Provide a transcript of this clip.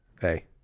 hey